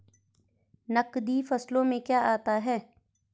नकदी फसलों में क्या आता है?